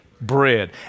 bread